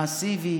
מסיבי,